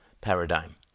paradigm